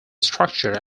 structure